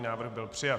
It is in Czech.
Návrh byl přijat.